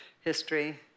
History